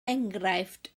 enghraifft